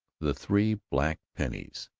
the three black pennies,